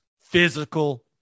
physical